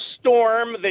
storm